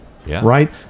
Right